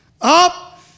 up